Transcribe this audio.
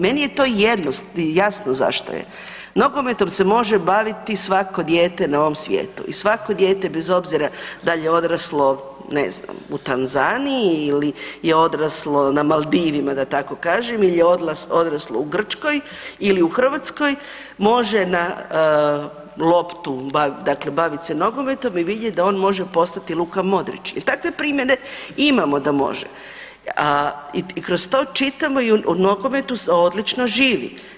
Meni je to jasno zašto je, nogometom se može baviti svako dijete na ovom svijetu i svako dijete bez obzira dal je odraslo, ne znam u Tanzaniji ili je odraslo na Maldivima da tako kažem ili je odraslo u Grčkoj ili u Hrvatskoj može bavit se nogometom i vidjet da on može postati Luka Modrić jel takve primjere imamo da može i kroz to čitamo i u nogometu se odlično živi.